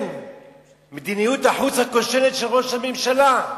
"מדיניות החוץ הכושלת של ראש הממשלה",